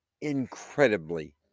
incredibly